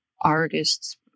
artists